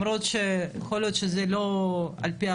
בן של יהודים שעלו לישראל